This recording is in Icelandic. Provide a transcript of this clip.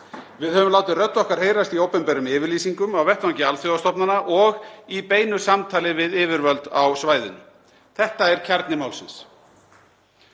Við höfum látið rödd okkar heyrast í opinberum yfirlýsingum á vettvangi alþjóðastofnana og í beinu samtali við yfirvöld á svæðinu. Þetta er kjarni málsins.